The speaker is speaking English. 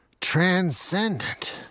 transcendent